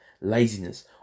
laziness